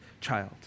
child